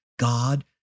God